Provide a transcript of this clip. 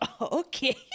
Okay